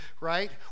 right